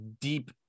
deep